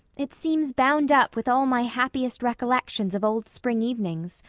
it seems bound up with all my happiest recollections of old spring evenings.